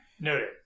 Noted